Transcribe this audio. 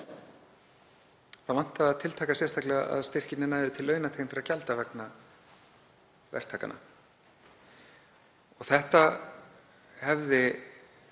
það vantaði að tiltaka sérstaklega að styrkirnir næðu til launatengdra gjalda vegna verktaka. Það hefði